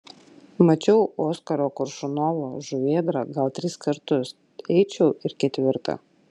mačiau oskaro koršunovo žuvėdrą gal tris kartus eičiau ir ketvirtą